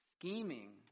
scheming